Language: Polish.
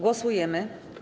Głosujemy.